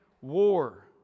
war